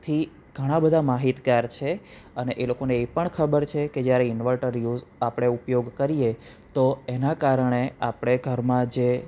થી ઘણા બધા માહિતગાર છે અને એ લોકોને એ પણ ખબર છે કે જ્યારે ઈન્વર્ટર યુસ આપણે ઉપયોગ કરીએ તો એના કારણે આપણે ઘરમાં જે